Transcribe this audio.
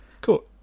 Cool